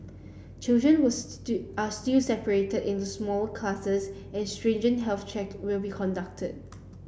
children was are still separated into smaller classes and stringent health check will be conducted